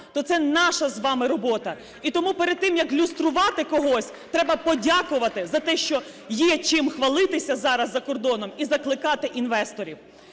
то це наша з вами робота. І тому перед тим, як люструвати когось, треба подякувати за те, що є чим хвалитися зараз за кордоном і закликати інвесторів.